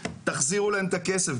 תחזירו להם את הכסף.